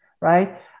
right